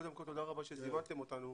קודם כל תודה רבה שזימנתם אותנו.